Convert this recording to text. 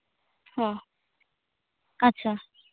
ᱦᱚᱸ ᱟᱪᱪᱷᱟ